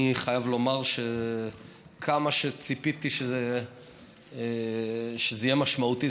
אני חייב לומר שכמה שציפיתי שזה יהיה משמעותי,